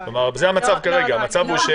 זה המצב כרגע.